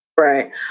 Right